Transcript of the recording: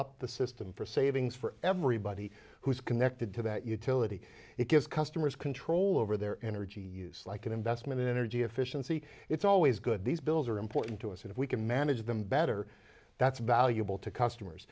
up the system for savings for everybody who's connected to that utility it gives customers control over their energy use like an investment in energy efficiency it's always good these bills are important to us and if we can manage them better that's valuable to customers